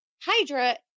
Hydra